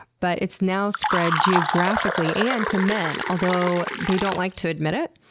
but it's now spread geographically, and to men, although they don't like to admit it.